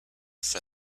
for